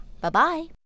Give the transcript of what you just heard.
Bye-bye